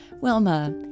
Wilma